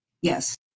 yes